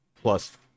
plus